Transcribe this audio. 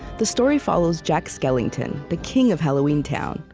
the story follows jack skellington, the king of halloween town,